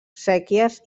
séquies